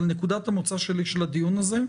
נקודת המוצא שלי מהדיון הזה היא